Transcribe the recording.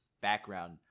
background